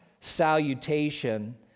salutation